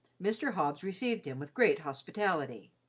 mr. hobbs received him with great hospitality.